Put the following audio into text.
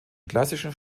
klassischen